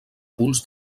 punts